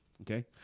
Okay